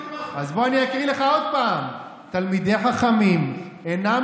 אז בוא אני אקריא לך עוד פעם: "תלמידי חכמים אינם